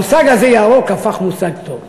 המושג הזה, ירוק, הפך מושג טוב.